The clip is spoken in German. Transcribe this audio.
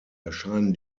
erscheinen